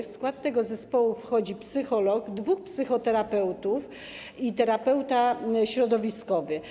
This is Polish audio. W skład tego zespołu wchodzi psycholog, dwóch psychoterapeutów i terapeuta środowiskowy.